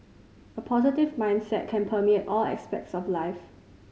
a positive mindset can permeate all aspects of life